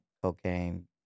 cocaine